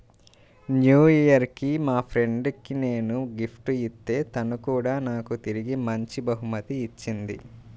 new year కి మా friend కి నేను గిఫ్ట్ ఇత్తే తను కూడా నాకు తిరిగి మంచి బహుమతి ఇచ్చింది